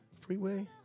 Freeway